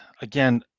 again